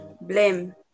blame